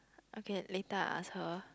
okay later I ask her